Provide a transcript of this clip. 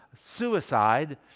suicide